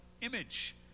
image